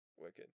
Wicked